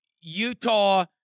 Utah